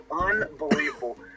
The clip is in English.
unbelievable